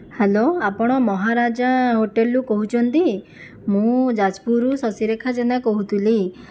hello ଆପଣ ମହାରାଜା ହୋଟେଲରୁ କହୁଛନ୍ତି ମୁଁ ଯାଜପୁରରୁ ଶଶିରେଖା ଜେନା କହୁଥିଲି